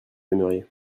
aimeriez